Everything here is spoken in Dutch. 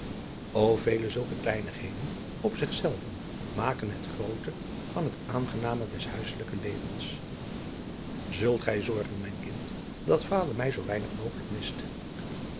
vele zulke kleinigheden op zich zelve maken het groote van het aangename des huisselijken levens zult gij zorgen mijn kind dat vader mij zoo weinig mogelijk mist